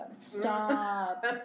stop